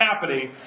happening